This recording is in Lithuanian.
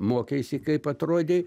mokeisi kaip atrodei